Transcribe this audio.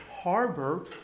harbor